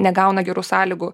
negauna gerų sąlygų